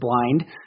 blind